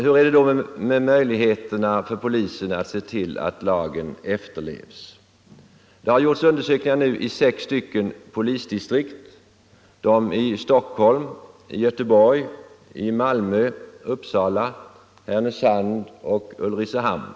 Hur är det då med möjligheterna för polisen att se till att lagen efterlevs? Det har gjorts undersökningar i sex polisdistrikt: i Stockholm, Göteborg, Malmö, Uppsala, Härnösand och Ulricehamn.